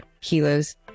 kilos